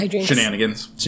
Shenanigans